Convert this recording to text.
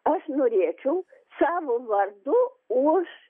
aš norėčiau savo vardu už